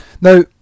Now